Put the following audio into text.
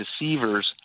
deceivers